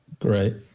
Great